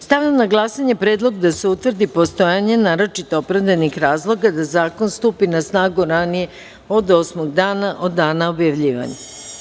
Stavljam na glasanje predlog da se utvrdi postojanje naročito opravdanih razloga da zakon stupi na snagu ranije od osmog dana od dana objavljivanja.